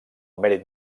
mèrit